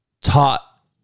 taught